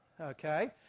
Okay